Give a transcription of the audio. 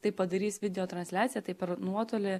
tai padarys video transliacija tai per nuotolį